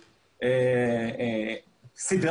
פה, כאשר